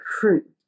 fruit